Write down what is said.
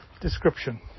description